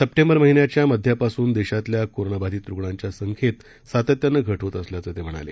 सप्टेंबरमहिन्याच्यामध्यापासूनदेशातल्याकोरोनाबाधितरुग्णांच्यासंख्येतसातत्यानंघटहोतअ सल्याचंतेम्हणाले